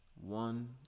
one